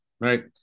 right